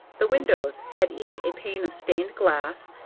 the windows had each a pane of stained glass,